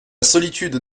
solitude